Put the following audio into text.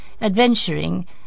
adventuring